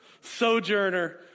Sojourner